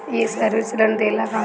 ये सर्विस ऋण देला का?